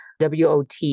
WOT